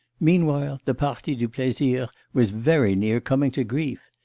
meanwhile the partie du plaisir was very near coming to grief.